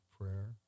prayer